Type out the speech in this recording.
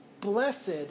Blessed